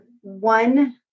one